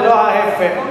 ולא ההיפך.